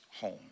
home